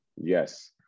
Yes